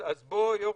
יורם,